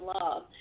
love